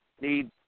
need